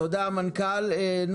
תודה למנכ"ל משרד התיירות.